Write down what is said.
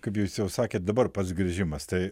kaip jūs jau sakėt dabar pats grįžimas tai